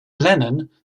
lennon